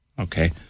Okay